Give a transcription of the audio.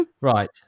right